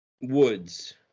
Woods